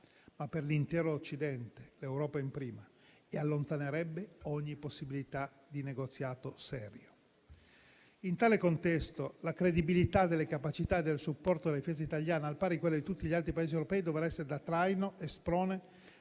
ma per l'intero Occidente, per l'Europa *in primis*, e allontanerebbe ogni possibilità di un serio negoziato. In tale contesto, la credibilità della capacità e del supporto della difesa italiana, al pari di quella di tutti gli altri Paesi europei, dovrà essere da traino e sprone